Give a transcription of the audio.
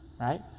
right